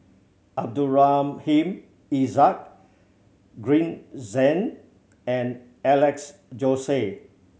Abdul Rahim Ishak Green Zeng and Alex Josey